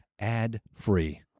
ad-free